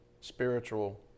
spiritual